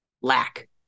lack